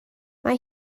mae